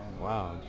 wow,